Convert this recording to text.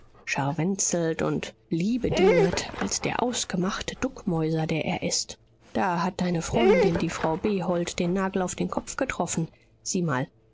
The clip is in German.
scharwenzelt und liebedienert als der ausgemachte duckmäuser der er ist da hat deine freundin die frau behold den nagel auf den kopf getroffen sieh mal